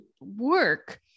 work